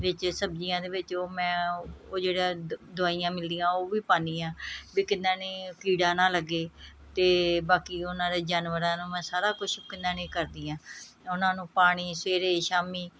ਵਿੱਚ ਸਬਜ਼ੀਆਂ ਦੇ ਵਿੱਚ ਉਹ ਮੈਂ ਉਹ ਜਿਹੜੇ ਦਵਾਈਆਂ ਮਿਲਦੀਆਂ ਉਹ ਵੀ ਪਾਉਂਦੀ ਹਾਂ ਵੀ ਕਿੰਨਾ ਨੇ ਕੀੜਾ ਨਾ ਲੱਗੇ ਅਤੇ ਬਾਕੀ ਉਨ੍ਹਾਂ ਦੇ ਜਾਨਵਰਾਂ ਨੂੰ ਮੈਂ ਸਾਰਾ ਕੁਛ ਕਿੰਨਾ ਨੂੰ ਹੀ ਕਰਦੀ ਹਾਂ ਉਨ੍ਹਾਂ ਨੂੰ ਪਾਣੀ ਸਵੇਰੇ ਸ਼ਾਮ